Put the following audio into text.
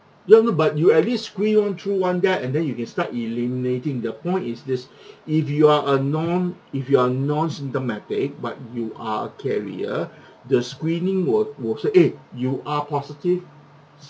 ya I know but you at least screen one through one that and then you can start eliminating the point is this if you are a non if you're a non-symptomatic you are a carrier the screening will will say eh you are positive